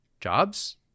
Jobs